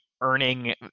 earning